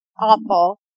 awful